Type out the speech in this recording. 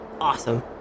Awesome